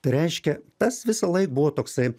tai reiškia tas visąlaik buvo toksai